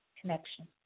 Connection